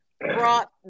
brought –